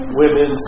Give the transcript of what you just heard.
women